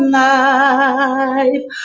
life